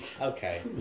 Okay